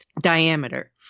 diameter